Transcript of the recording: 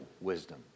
wisdom